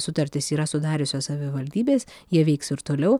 sutartis yra sudariusios savivaldybės jie veiks ir toliau